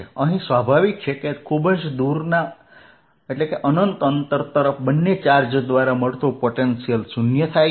અહીં સ્વાભાવિક છે કે ખુબ જ દૂર અનંત તરફ બંને ચાર્જ દ્વારા મળતું પોટેન્શિયલ 0 થાય છે